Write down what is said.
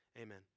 Amen